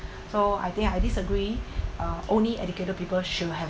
so I think I disagree uh only educated people should have